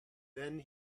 then